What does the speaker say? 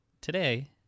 today